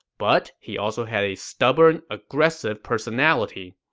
but he also had a stubborn, aggressive personality.